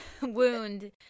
wound